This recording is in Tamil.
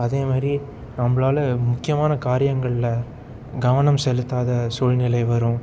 அதே மாதிரி நம்மளால முக்கியமான காரியங்களில் கவனம் செலுத்தாத சூழ்நிலை வரும்